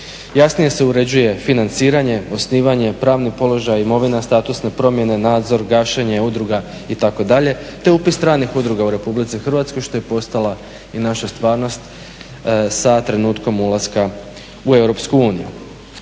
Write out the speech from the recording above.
Jasnije se uređuje financiranje, osnivanje, pravni položaj, imovina, statusne promjene, nadzor, gašenje udruga itd., te upis stranih udruga u Republici Hrvatskoj što je postala i naša stvarnost sa trenutkom ulaska u EU.